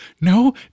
No